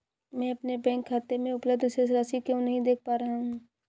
मैं अपने बैंक खाते में उपलब्ध शेष राशि क्यो नहीं देख पा रहा हूँ?